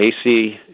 AC